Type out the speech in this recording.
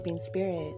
spirit